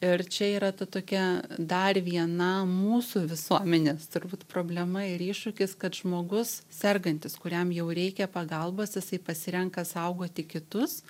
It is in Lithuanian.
ir čia yra ta tokia dar viena mūsų visuomenės turbūt problema ir iššūkis kad žmogus sergantis kuriam jau reikia pagalbos jisai pasirenka saugoti kitus